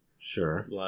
sure